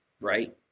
right